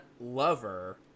lover